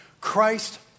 Christ